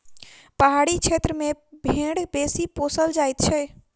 पहाड़ी क्षेत्र मे भेंड़ बेसी पोसल जाइत छै